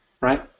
right